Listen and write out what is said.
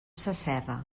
sasserra